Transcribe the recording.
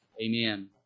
Amen